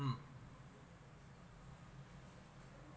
um